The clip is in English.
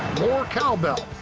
more cowbell.